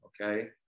okay